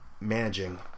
managing